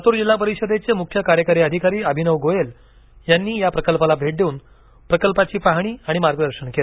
लातूर जिल्हा परिषदेचे मुख्य कार्यकारी अधिकारी अभिनव गोयल यांनी या प्रकल्पाला भेट देऊन प्रकल्पाची पाहणी आणि मार्गदर्शन केलं